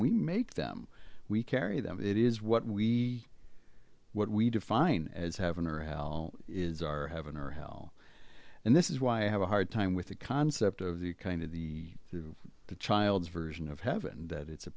we make them we carry them it is what we what we define as having her hell is our heaven or hell and this is why i have a hard time with the concept of the kind of the through the child's version of heaven that